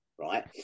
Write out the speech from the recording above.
Right